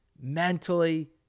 mentally